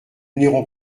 n’irons